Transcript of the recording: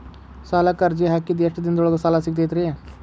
ಸಾಲಕ್ಕ ಅರ್ಜಿ ಹಾಕಿದ್ ಎಷ್ಟ ದಿನದೊಳಗ ಸಾಲ ಸಿಗತೈತ್ರಿ?